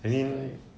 I mean